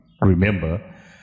remember